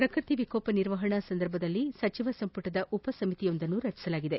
ಪ್ರಕೃತಿ ವಿಕೋಪ ನಿರ್ವಹಣಾ ಸಂದರ್ಭದಲ್ಲಿ ಸಚಿವ ಸಂಪುಟದ ಉಪ ಸಮಿತಿಯೊಂದನ್ನು ರಚಿಸಲಾಗಿದೆ